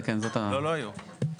כן רבותי בבקשה,